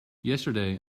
yesterday